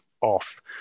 off